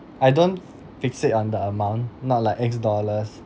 I don't fixate on the amount not like X dollars